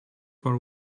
for